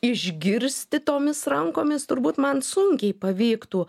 išgirsti tomis rankomis turbūt man sunkiai pavyktų